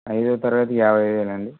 ఐదో తరగతి యాభై వేలండి